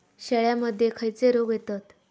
शेळ्यामध्ये खैचे रोग येतत?